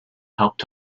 helped